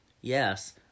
yes